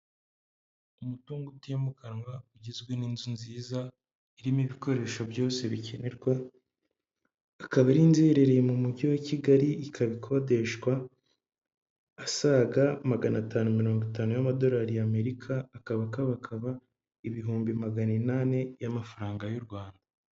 Umutungo utimukanwa ugizwe n'inzu nziza irimo ibikoresho byose bikenerwa, akaba ari inzu irereye mu mujyi wa Kigali ikaba ikodeshwa asaga magana atanu mirongo itanu y'Amadorari y'Amerika akaba akabakaba ibihumbi magana inani y'amafaranga y'u Rwanda.